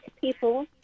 people